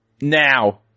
Now